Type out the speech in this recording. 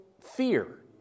fear